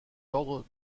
ordres